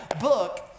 book